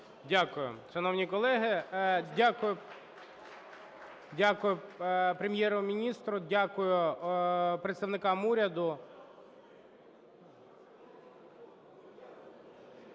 Дякую, шановні колеги. Дякую Прем'єр-міністру. Дякую представникам уряду.